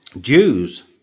Jews